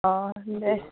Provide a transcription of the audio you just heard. অঁ দে